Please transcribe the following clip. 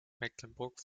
mecklenburg